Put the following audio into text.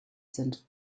sind